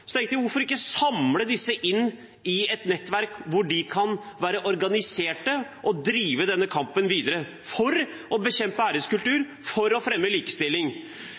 Så tenkte jeg: Hvorfor ikke samle disse i et nettverk hvor de kan være organisert og drive denne kampen videre for å bekjempe æreskultur, for å fremme likestilling?